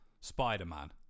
spider-man